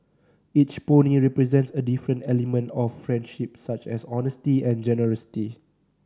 each pony represents a different element of friendship such as honesty and generosity